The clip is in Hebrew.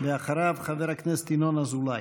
אחריו, חבר הכנסת ינון אזולאי.